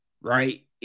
right